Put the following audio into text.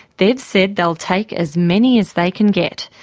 they've said they'll take as many as they can get.